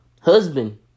Husband